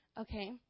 okay